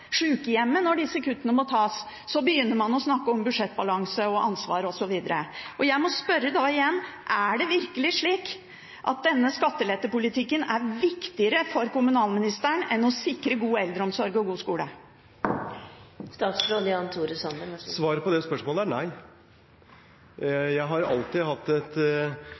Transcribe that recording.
når disse kuttene må tas, så begynner man å snakke om budsjettbalanse, ansvar osv. Jeg må da spørre: Er det virkelig slik at denne skattelettepolitikken er viktigere for kommunalministeren enn å sikre god eldreomsorg og god skole? Svaret på det spørsmålet er nei. Jeg har alltid hatt et